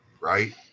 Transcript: right